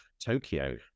Tokyo